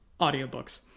audiobooks